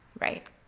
Right